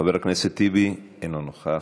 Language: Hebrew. חבר הכנסת טיבי, אינו נוכח,